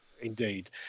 indeed